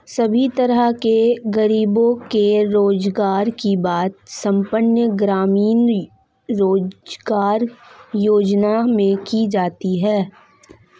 सभी तरह के गरीबों के रोजगार की बात संपूर्ण ग्रामीण रोजगार योजना में की जाती है